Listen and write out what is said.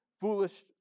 foolish